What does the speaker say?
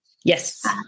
Yes